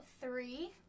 three